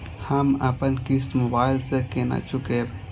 हम अपन किस्त मोबाइल से केना चूकेब?